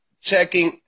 checking